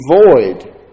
void